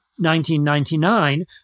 1999